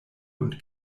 und